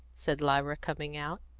said lyra, coming out.